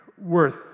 worth